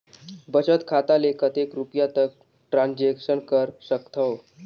बचत खाता ले कतेक रुपिया तक ट्रांजेक्शन कर सकथव?